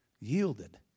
yielded